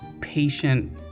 patient